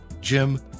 jim